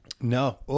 No